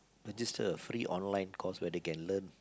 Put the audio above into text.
register a free online course where they can learn